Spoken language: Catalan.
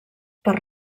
per